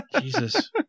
Jesus